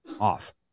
Off